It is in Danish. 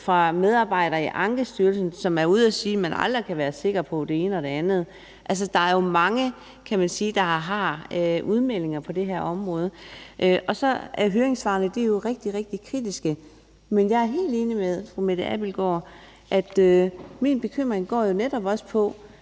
fra medarbejdere i Ankestyrelsen, som er ude at sige, at man aldrig kan være sikker på det ene eller det andet. Der er jo mange, der har udmeldinger på det her område, og høringssvarene er jo rigtig, rigtig kritiske. Men jeg er helt enig med fru Mette Abildgaard her, og min